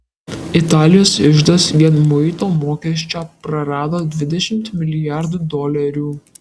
italijos iždas vien muito mokesčio prarado dvidešimt milijardų dolerių